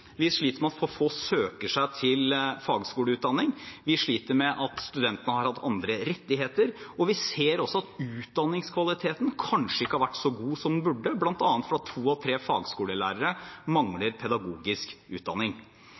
vi sliter med at for få søker seg til fagskoleutdanning, vi sliter med at studentene har hatt andre rettigheter, og vi ser også at utdanningskvaliteten kanskje ikke har vært så god som den burde, bl.a. fordi to av tre fagskolelærere mangler pedagogisk utdanning.